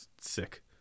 Sick